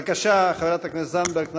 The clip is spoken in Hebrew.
בבקשה, חברת הכנסת זנדברג.